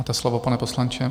Máte slovo, pane poslanče.